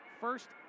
first